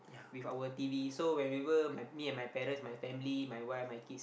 with our t_v so when we will my me my parents my family my wife my kids